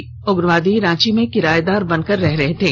सभी उग्रवादी रांची में किराएदार बनकर रह रहे थे